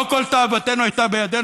לא כל תאוותנו הייתה בידנו,